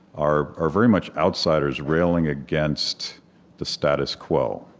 are are very much outsiders railing against the status quo.